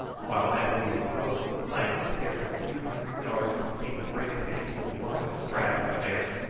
while as we approached the plains every few hundred yards seemed to bring us into a warmer stratum of air,